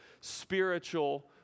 spiritual